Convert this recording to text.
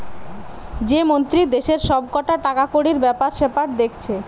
যে মন্ত্রী দেশের সব কটা টাকাকড়ির বেপার সেপার দেখছে